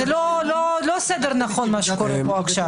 זה לא סדר נכון מה שקורה פה עכשיו.